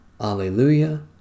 Alleluia